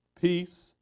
peace